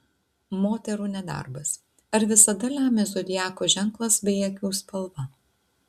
moterų nedarbas ar visada lemia zodiako ženklas bei akių spalva